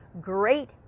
great